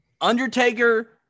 Undertaker